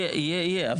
יהיה, יהיה.